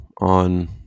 on